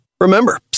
Remember